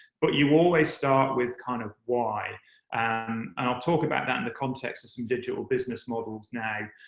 but you always start with kind of why. and i'll talk about that in the context of some digital business models now.